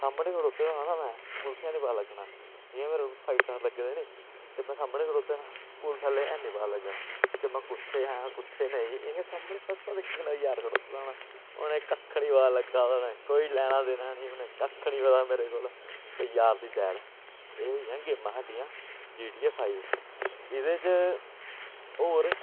सामनै खड़ोते दा होऐ ना में पुलसें निं पता लग्गना जि'यां मेरे कोल फाइव स्टार लग्गे दे नी ते में सामनै खड़ोते दा पुलस आह्ले हैनी पता लग्गाना कि में कु'त्थै ऐ कु'त्थै नेईं इ'यां सामनै फर्स्ट क्लास तरीके कन्नै यार खड़ोते दा होना उ नें कक्ख निं पता लग्गा दा उ नें कोई लैना देना नेईं उ नें कक्ख निं मेरे कोल ते यार दी डैल एह् हियां गेमां साड्डियां जी टी ए फाइव एह्दे च होर